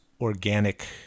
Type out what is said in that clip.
organic